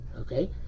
okay